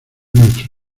nuestro